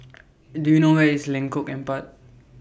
Do YOU know Where IS Lengkok Empat